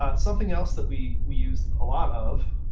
ah something else that we we used a lot of